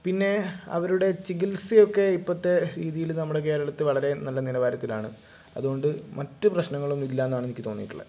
പിന്നേ അവരുടെ ചികിത്സയൊക്കെ ഇപ്പത്തെ രീതിയില് നമ്മടെ കേരളത്തില് വളരെ നല്ല നിലവാരത്തിലാണ് അതുകൊണ്ട് മറ്റ് പ്രശ്നങ്ങളൊന്നും ഇല്ലാന്നാണ് എനിക്ക് തോന്നിയിട്ടുള്ളത്